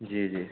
जी जी